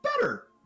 better